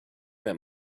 that